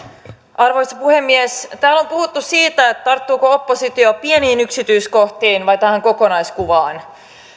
arvoisa puhemies täällä on puhuttu siitä tarttuuko oppositio pieniin yksityiskohtiin vai tähän kokonaiskuvaan